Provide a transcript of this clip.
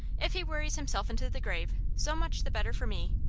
if he worries himself into the grave, so much the better for me.